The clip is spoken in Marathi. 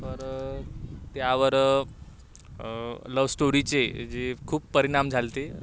तर त्यावर लव स्टोरीचे जे खूप परिणाम झाले होते